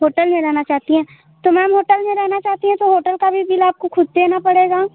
hotel में रहना चाहती है तो मैम होटल में रहना चाहती है तो होटल का भी बिल आपको खुद देना पड़ेगा